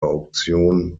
auktion